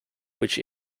which